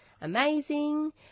Amazing